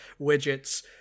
widgets